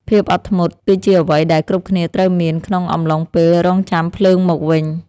ភាពអត់ធ្មត់គឺជាអ្វីដែលគ្រប់គ្នាត្រូវមាន ក្នុងអំឡុងពេលរង់ចាំភ្លើងមកវិញ។